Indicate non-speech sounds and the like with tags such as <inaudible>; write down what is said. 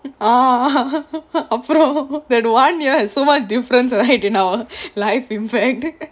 ah <laughs> அப்புறம்: aparam that one year has so much difference ahead in our life in fact <laughs>